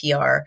PR